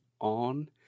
on